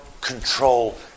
control